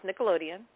Nickelodeon